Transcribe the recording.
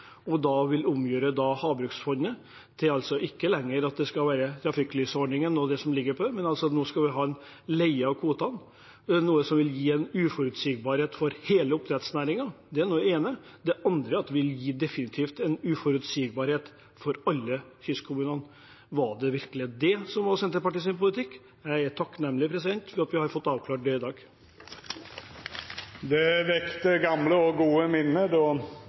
det har vært før, men at man skal leie kvotene, noe som vil gi uforutsigbarhet for hele oppdrettsnæringen. Det er det ene. Det andre er at det definitivt vil gi en uforutsigbarhet for alle kystkommunene. Var det virkelig det som var Senterpartiets politikk? Jeg er takknemlig for at vi har fått avklart det i dag. Det vekte gamle og gode minne